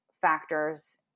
factors